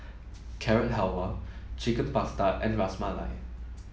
Carrot Halwa Chicken Pasta and Ras Malai